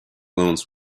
loans